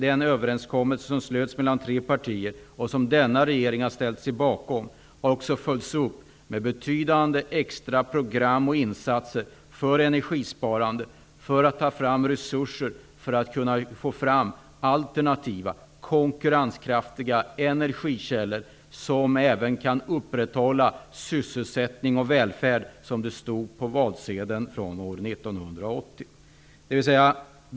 Den överenskommelse som slöts mellan tre partier och som denna regering har ställt sig bakom, har också följts upp med betydande extra program och insatser för energisparandet och för att ta fram resurser för att kunna få fram alternativa konkurrenskraftiga energikällor som även kan upprätthålla sysselsättning och välfärd, som det stod på valsedeln från år 1980.